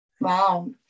Wow